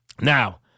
Now